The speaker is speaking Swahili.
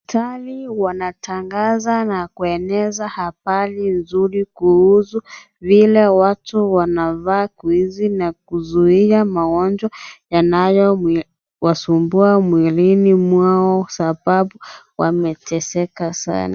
Madaktari wanatangaza na kueneza habari nzuri kuhusu linda watu wanafaa kuishi kuzuia magonjwa yanayo wasumbua mwilini mwao sababu wameteseka sana.